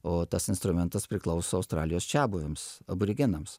o tas instrumentas priklauso australijos čiabuviams aborigenams